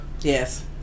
Yes